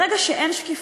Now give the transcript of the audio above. ברגע שאין שקיפות,